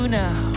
now